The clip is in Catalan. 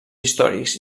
històrics